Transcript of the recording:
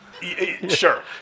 Sure